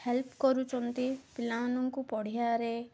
help କରୁଛନ୍ତି ପିଲାମାନଙ୍କୁ ପଢ଼ିବାରେ